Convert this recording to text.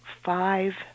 five